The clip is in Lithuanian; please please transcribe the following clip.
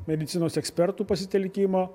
medicinos ekspertų pasitelkimo